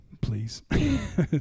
please